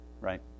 right